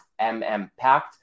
MMPact